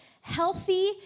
healthy